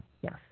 yes